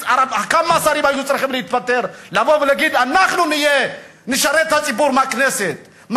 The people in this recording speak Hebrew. כמה שרים היו צריכים להתפטר ולבוא ולהגיד: אנחנו נשרת את הציבור מהכנסת,